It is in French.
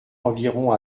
environ